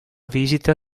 visita